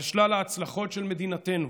על שלל ההצלחות של מדינתנו,